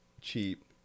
cheap